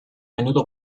menudo